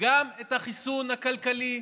גם את החיסון הכלכלי,